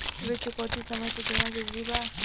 ऋण चुकौती समय से देना जरूरी बा?